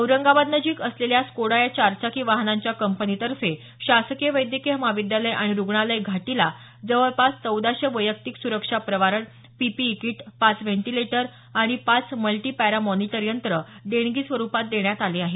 औरंगाबादनजिक असलेल्या स्कोडा या चारचाकी वाहनांच्या कंपनीतर्फे शासकीय वैद्यकीय महाविद्यालय आणि रुग्णालय घाटीला जवळपास चौदाशे वैयक्तिक सुरक्षा प्रावरण पीपीई किट पाच व्हेटींलेटर आणि पाच मल्टीपॅरामॉनिटर यंत्र देणगी स्वरूपात देण्यात आले आहेत